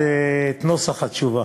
עכשיו,